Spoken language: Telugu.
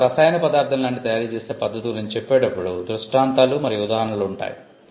కాబట్టి ఒక రసాయన పదార్ధం లాంటివి తయారుచేసే పద్ధతి గురించి చెప్పేటప్పుడు దృష్టాంతాలు మరియు ఉదాహరణలు ఉంటాయి